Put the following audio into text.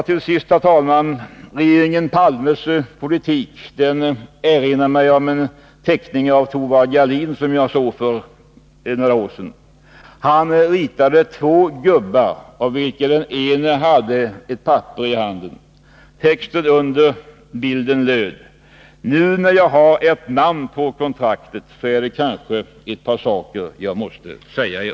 Till sist, herr talman: Regeringen Palmes politik erinrar mig om en teckning av Thorwald Gahlin som jag såg för några år sedan. Han ritade två gubbar, av vilka den ene hade ett papper i handen. Texten under bilden löd: Nu när jag har ert namn på kontraktet är det kanske ett par saker jag måste säga er.